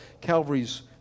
Calvary's